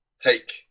take